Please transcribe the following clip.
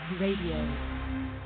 Radio